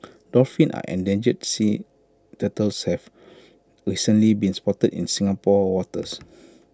dolphins and endangered sea turtles have recently been spotted in Singapore waters